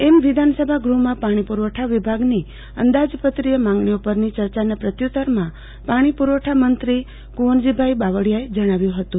એમ વિધાનસભા ગૃહમાં પાણી પુરવઠા વિભાગની અંદાજપત્રીય માંગણીઓ પરની ચર્ચાના પ્રત્યુતરમાં પાણી પુરવઠામંત્રી કુંવરભાઈ બાવળીયાએ જણાવ્યુ હતું